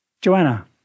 Joanna